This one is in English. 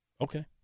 Okay